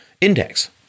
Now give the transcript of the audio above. Index